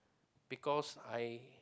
because I